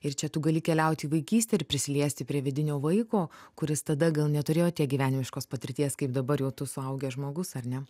ir čia tu gali keliaut į vaikystę ir prisiliesti prie vidinio vaiko kuris tada gal neturėjo tiek gyvenimiškos patirties kaip dabar jau tu suaugęs žmogus ar ne